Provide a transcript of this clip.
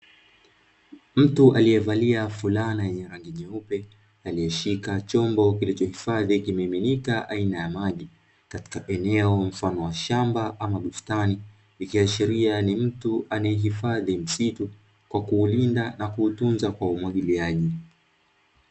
Mtu aliyevalia fulana yenye rangi nyeupe, aliyeshika chombo kilichohifadhi kimiminika aina ya maji, katika eneo mfano wa shamba ama bustani, ikiashiria ni mtu anayehifadhi msitu kwa kuulinda na kuutunza Kwa umwagiliaji.